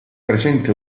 presente